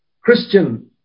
Christian